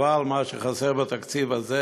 אבל מה שחסר בתקציב הזה